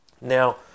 now